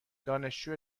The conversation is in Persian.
دانشجو